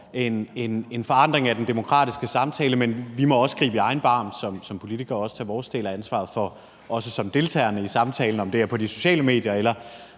en forandring af den demokratiske samtale, men vi må også gribe i egen barm som politikere og også tage vores del af ansvaret for det, også som deltagerne i samtalen om det her på de sociale medier eller